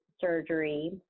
surgery